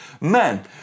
man